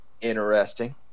interesting